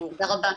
תודה רבה.